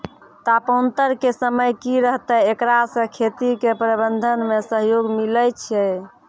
तापान्तर के समय की रहतै एकरा से खेती के प्रबंधन मे सहयोग मिलैय छैय?